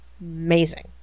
amazing